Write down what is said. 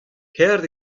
ker